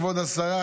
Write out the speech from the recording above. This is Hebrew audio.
כבוד השרה,